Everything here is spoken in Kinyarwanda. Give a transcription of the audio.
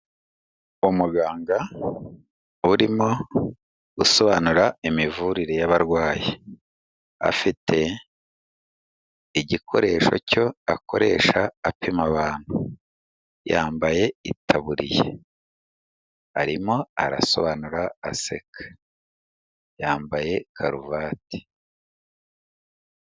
Umuganga urimo gusobanura imivurire y'abarwayi, afite igikoresho cyo akoresha apima abantu, yambaye itaburiya arimo arasobanura aseka yambaye karuvati.